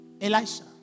Elisha